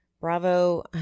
Bravo